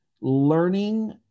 learning